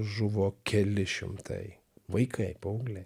žuvo keli šimtai vaikai paaugliai